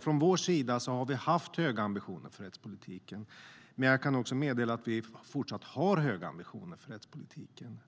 Från vår sida har vi haft höga ambitioner för rättspolitiken, och jag kan meddela att vi fortsatt har höga ambitioner för rättspolitiken.